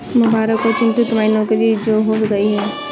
मुबारक हो चिंटू तुम्हारी नौकरी जो हो गई है